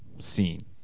scene